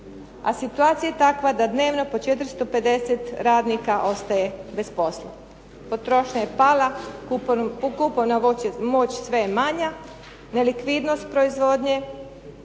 A situacija je takva da dnevno po 450 radnika ostaje bez posla. Potrošnja je pala, kupovna moć sve je manja, nelikvidnost proizvodnje,